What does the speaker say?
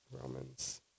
Romans